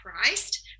Christ